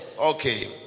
Okay